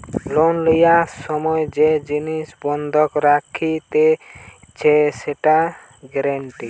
loan লিবার সময় যে জিনিস বন্ধক রাখতিছে সেটা গ্যারান্টি